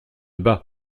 bas